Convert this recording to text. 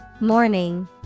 Morning